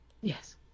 Yes